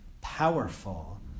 powerful